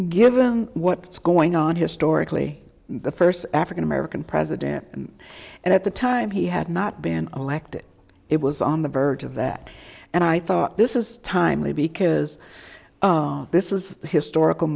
given what's going on historically the first african american president and at the time he had not been elected it was on the verge of that and i thought this is timely because this is a historical